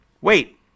Wait